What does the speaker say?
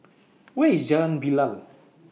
Where IS Jalan Bilal